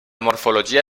morfologia